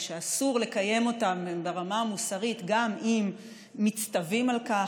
ושאסור לקיים אותה ברמה המוסרית גם אם מצטווים על כך.